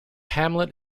hamlet